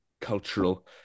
cultural